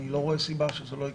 אני לא רואה סיבה שזה לא יקרה.